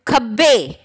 ਖੱਬੇ